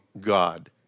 God